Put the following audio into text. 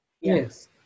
Yes